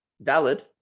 valid